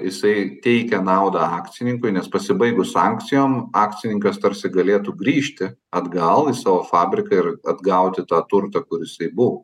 jisai teikia naudą akcininkui nes pasibaigus sankcijoms akcininkas tarsi galėtų grįžti atgal į savo fabriką ir atgauti tą turtą kur jisai buvo